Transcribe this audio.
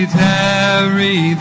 tarry